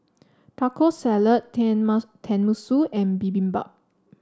Taco Salad Tenmusu and Bibimbap